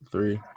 Three